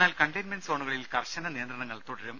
എന്നാൽ കണ്ടെയ്ൻമെന്റ് സോണുകളിൽ കർശന നിയന്ത്രണങ്ങൾ തുടരും